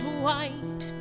white